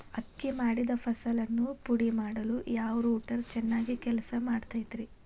ಅಕ್ಕಿ ಮಾಡಿದ ಫಸಲನ್ನು ಪುಡಿಮಾಡಲು ಯಾವ ರೂಟರ್ ಚೆನ್ನಾಗಿ ಕೆಲಸ ಮಾಡತೈತ್ರಿ?